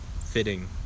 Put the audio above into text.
fitting